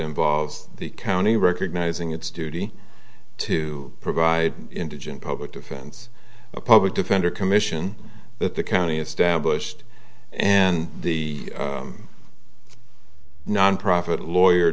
involves the county recognizing its duty to provide indigent public defense a public defender commission that the county established and the non profit lawyer